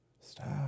Stop